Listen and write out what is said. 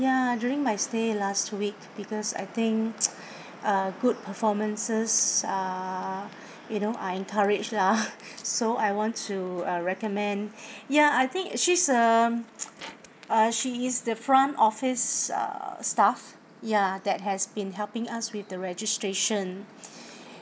ya during my stay last week because I think uh good performances are you know are encouraged lah so I want to uh recommend ya I think she's a uh she is the front office uh staff ya that has been helping us with the registration